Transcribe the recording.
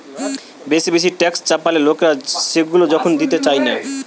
বেশি বেশি ট্যাক্স চাপালে লোকরা সেগুলা যখন দিতে চায়না